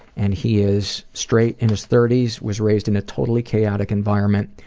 and he is straight, in his thirty s, was raised in a totally chaotic environment,